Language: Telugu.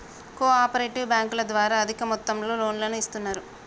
కో ఆపరేటివ్ బ్యాంకుల ద్వారా అధిక మొత్తంలో లోన్లను ఇస్తున్నరు